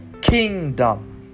Kingdom